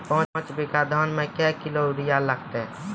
पाँच बीघा धान मे क्या किलो यूरिया लागते?